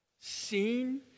seen